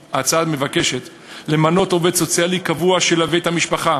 מבקשת למנות עובד סוציאלי קבוע שילווה את המשפחה,